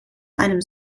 einem